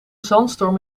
zandstorm